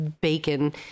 bacon